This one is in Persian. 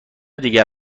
دیگر